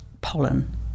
pollen